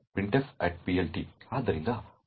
printfPLT